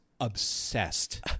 obsessed